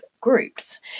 groups